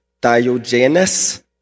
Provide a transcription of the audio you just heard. Diogenes